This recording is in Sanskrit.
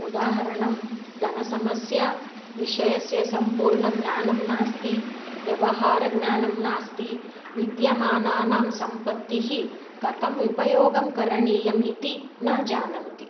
उदाहरणं धनसमस्या विषयस्य सम्पूर्णज्ञानं नास्ति व्यवहारज्ञानं नास्ति विद्यमानानां सम्पत्तिः कथम् उपयोगं करणीयम् इति न जानन्ति